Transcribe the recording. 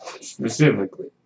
Specifically